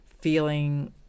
feeling